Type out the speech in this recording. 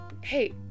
hey